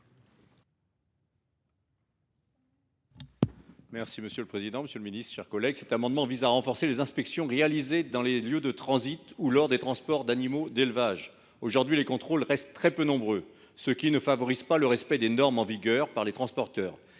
est ainsi libellé : La parole est à M. Daniel Salmon. Cet amendement vise à renforcer les inspections réalisées dans les lieux de transit ou lors des transports d’animaux d’élevage. Aujourd’hui, les contrôles restent très peu nombreux, ce qui ne favorise pas le respect des normes en vigueur par les transporteurs.